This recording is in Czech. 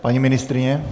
Paní ministryně?